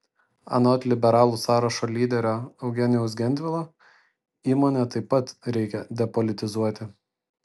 anot liberalų sąrašo lyderio eugenijaus gentvilo įmonę taip pat reikia depolitizuoti